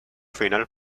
final